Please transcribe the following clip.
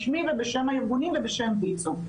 בשמי ובשם הארגונים ובשם ויצו.